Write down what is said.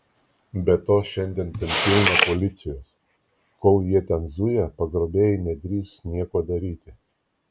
be to šiandien ten pilna policijos kol jie ten zuja pagrobėjai nedrįs nieko daryti